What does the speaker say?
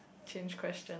change question